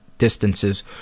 distances